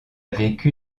vécu